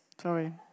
sorry